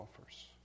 offers